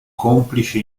complice